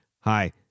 Hi